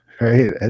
right